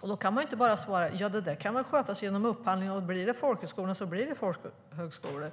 Då kan man inte bara svara att det kan skötas genom upphandling, och blir det folkhögskolor blir det folkhögskolor.